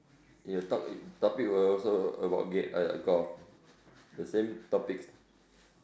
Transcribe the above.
you talk topic will also about gate uh golf the same topics